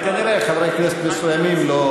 וכנראה חברי כנסת מסוימים לא